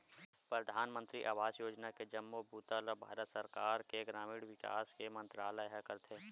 परधानमंतरी आवास योजना के जम्मो बूता ल भारत सरकार के ग्रामीण विकास मंतरालय ह करथे